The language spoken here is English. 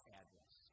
address